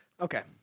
Okay